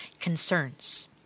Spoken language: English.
concerns